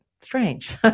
strange